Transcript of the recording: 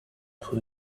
who